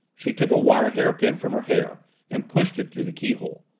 she took a wire hairpin from her hair and pushed it through the keyhole.